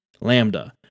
Lambda